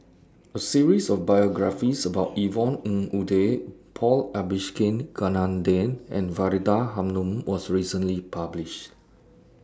A series of biographies about Yvonne Ng Uhde Paul Abisheganaden and Faridah Hanum was recently published